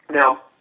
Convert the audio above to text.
Now